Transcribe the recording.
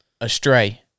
astray